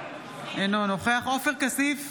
אינו נוכח עופר כסיף,